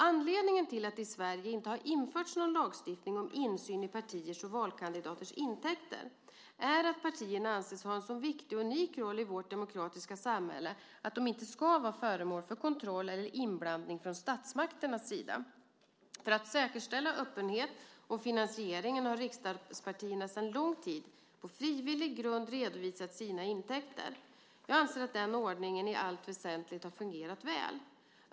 Anledningen till att det i Sverige inte har införts någon lagstiftning om insyn i partiers och valkandidaters intäkter är att partierna anses ha en så viktig och unik roll i vårt demokratiska samhälle att de inte ska vara föremål för kontroll eller inblandning från statsmakternas sida. För att säkerställa öppenhet om finansieringen har riksdagspartierna sedan lång tid på frivillig grund redovisat sina intäkter. Jag anser att denna ordning i allt väsentligt har fungerat väl.